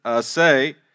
say